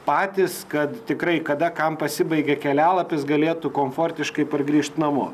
patys kad tikrai kada kam pasibaigė kelialapis galėtų komfortiškai pargrįžt namo